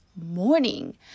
morning